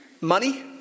Money